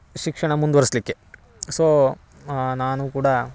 ಶಿಕ್ಷಣ ಮುಂದ್ವರ್ಸಲಿಕ್ಕೆ ಸೋ ನಾನು ಕೂಡ